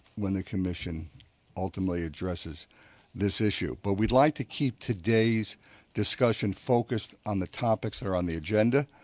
when the commission ultimately address this this issue. but we'd like to keep today's discussion focused on the topics or on the agenda.